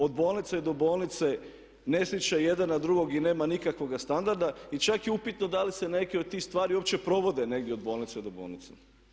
Od bolnice do bolnice ne sliče jedan na drugog i nema nikakvoga standarda i čak je upitno da li se neke od tih stvari uopće provode negdje od bolnice do bolnice.